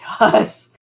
Yes